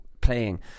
playing